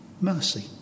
mercy